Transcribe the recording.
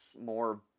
more